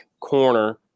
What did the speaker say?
corner